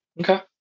Okay